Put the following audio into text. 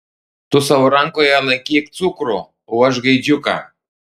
tu savo rankoje laikyk cukrų o aš gaidžiuką